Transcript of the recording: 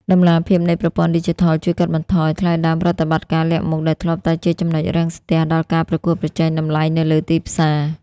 តម្លាភាពនៃប្រព័ន្ធឌីជីថលជួយកាត់បន្ថយ "ថ្លៃដើមប្រតិបត្តិការលាក់មុខ" ដែលធ្លាប់តែជា ចំណុចរាំងស្ទះ ដល់ការប្រកួតប្រជែងតម្លៃនៅលើទីផ្សារ។